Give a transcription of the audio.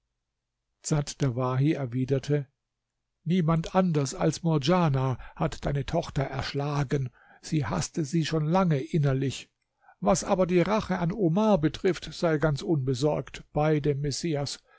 dsat dawahi erwiderte niemand anders als murdjana hat deine tochter erschlagen sie haßte sie schon lange innerlich was aber die rache an omar betrifft so sei ganz unbesorgt bei dem messias